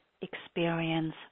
experience